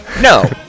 No